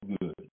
good